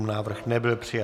Návrh nebyl přijat.